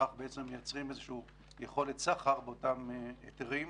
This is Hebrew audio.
וכך מייצרים יכולת סחר באותם היתרים.